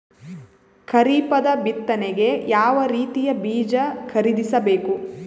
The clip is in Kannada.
ಖರೀಪದ ಬಿತ್ತನೆಗೆ ಯಾವ್ ರೀತಿಯ ಬೀಜ ಖರೀದಿಸ ಬೇಕು?